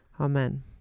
Amen